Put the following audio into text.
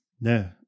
No